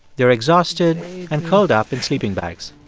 they're exhausted and curled up in sleeping bags